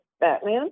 Batman